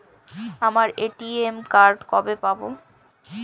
আমার ATM card কবে পাব?